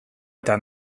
eta